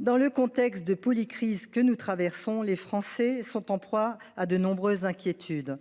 Dans le contexte de « polycrise » que nous traversons, les Français sont en proie à de nombreuses inquiétudes,